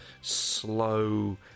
slow